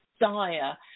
dire